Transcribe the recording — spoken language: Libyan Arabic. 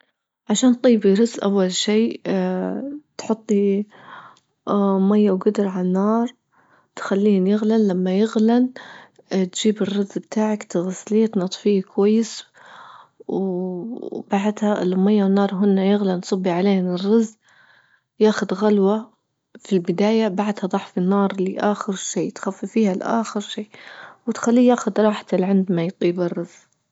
عشان تطيبي رز أول شي تحطي مية وجدر عالنار تخليهن يغلن لما يغلن اه تجيبي الرز بتاعك تغسليه تنظفيه كويس وبعدها المية والنار هنا يغلن تصبي عليهن الرز ياخد غلوة في البداية بعدها ضعفى النار لآخر شي تخففيها لآخر شي وتخليه ياخذ راحته لعند ما يطيب الرز.